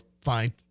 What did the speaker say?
fine